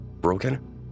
broken